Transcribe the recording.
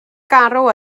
garw